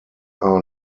are